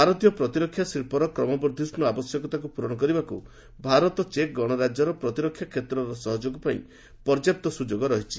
ଭାରତୀୟ ପ୍ରତିରକ୍ଷା ଶିଚ୍ଚର କ୍ରମବଦ୍ଧିଷ୍ଟୁ ଆବଶ୍ୟକତାକୁ ପୂରଣ କରିବାକୁ ଭାରତ ଚେକ୍ ଗଣରାଜ୍ୟର ପ୍ରତିରକ୍ଷା କ୍ଷେତ୍ରର ସହଯୋଗପାଇଁ ପର୍ଯ୍ୟାପ୍ତ ସୁଯୋଗ ରହିଛି